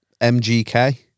MGK